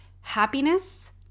happiness